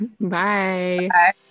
Bye